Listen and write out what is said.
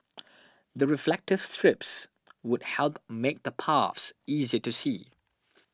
the reflective strips would help make the paths easier to see